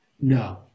No